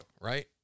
right